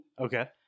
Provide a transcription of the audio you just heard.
Okay